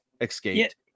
escaped